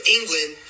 England